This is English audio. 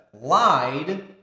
lied